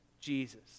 Jesus